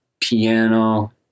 piano